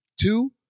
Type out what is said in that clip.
Two